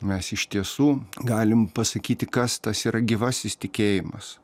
mes iš tiesų galim pasakyti kas tas yra gyvasis tikėjimas